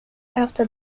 after